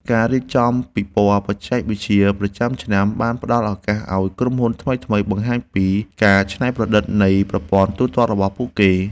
ការរៀបចំពិព័រណ៍បច្ចេកវិទ្យាប្រចាំឆ្នាំបានផ្តល់ឱកាសឱ្យក្រុមហ៊ុនថ្មីៗបង្ហាញពីការច្នៃប្រឌិតនៃប្រព័ន្ធទូទាត់របស់ពួកគេ។